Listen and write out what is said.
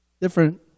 different